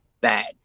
bad